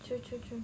true true true